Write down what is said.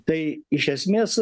tai iš esmės